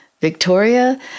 Victoria